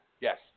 Yes